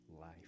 life